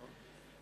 נכון.